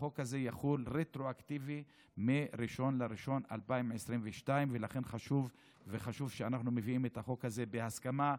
החוק הזה יחול רטרואקטיבית מ-1 בינואר 2022. לכן חשוב שאנחנו מביאים את החוק הזה בהסכמה,